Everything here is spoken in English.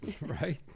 Right